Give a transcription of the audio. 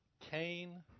Cain